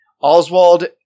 Oswald